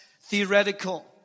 theoretical